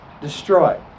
destroy